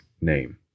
name